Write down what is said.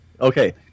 Okay